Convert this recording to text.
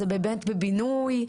זה באמת בבינוי,